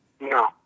No